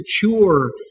secure